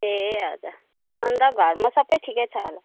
ए हजुर अन्त घरमा सबै ठिकै छ होला